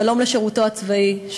שלום לשירותו הצבאי,